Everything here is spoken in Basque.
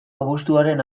abuztuaren